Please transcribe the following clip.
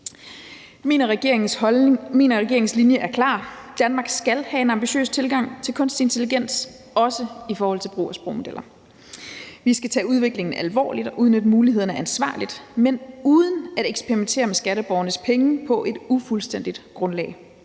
Min og regeringens linje er klar: Danmark skal have en ambitiøs tilgang til kunstig intelligens, også i forhold til brug af sprogmodeller. Vi skal tage udviklingen alvorligt og udnytte mulighederne ansvarligt, men uden at eksperimentere med skatteborgernes penge på et ufuldstændigt grundlag.